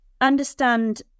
understand